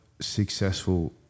successful